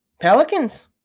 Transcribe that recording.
Pelicans